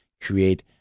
create